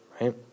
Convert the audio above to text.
right